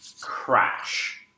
Crash